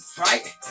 Right